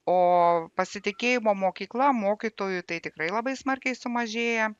o pasitikėjimo mokykla mokytoju tai tikrai labai smarkiai sumažėję